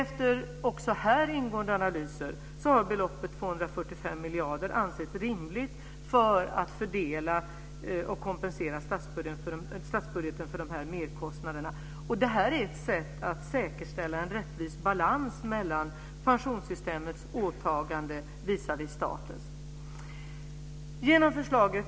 Efter också här ingående analyser har beloppet 245 miljarder ansetts rimligt för att fördela och kompensera statsbudgeten för merkostnaderna. Det här är ett sätt att säkerställa en rättvis balans mellan pensionssystemets åtagande visavi statens åtagande. Fru talman!